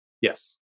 Yes